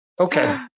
Okay